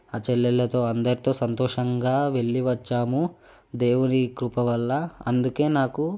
ఆ చెల్లెళ్ళతో అందరితో సంతోషంగా వెళ్ళి వచ్చాము దేవుడి కృప వల్ల అందుకే నాకు